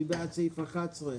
אושר מי בעד סעיף 10?